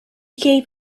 gave